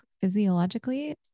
physiologically